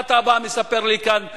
מה אתה בא ומספר לי כאן סיפורים?